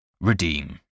Redeem